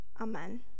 Amen